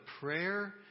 prayer